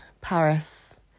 Paris